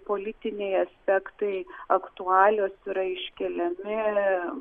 politiniai aspektai aktualios yra iškeliami